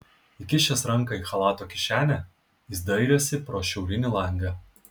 įkišęs ranką į chalato kišenę jis dairėsi pro šiaurinį langą